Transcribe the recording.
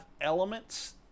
elements